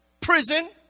prison